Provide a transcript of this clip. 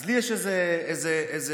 אז לי יש איזה שיגעון.